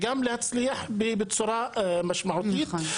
וגם להצליח בצורה משמעותית.